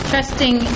trusting